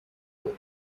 with